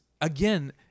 again